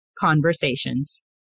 conversations